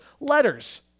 letters